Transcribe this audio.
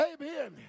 Amen